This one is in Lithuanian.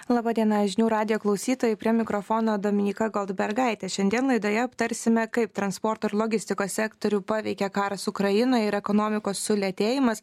laba diena žinių radijo klausytojai prie mikrofono dominyka goldbergaitė šiandien laidoje aptarsime kaip transporto ir logistikos sektorių paveikė karas ukrainoj ir ekonomikos sulėtėjimas